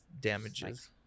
damages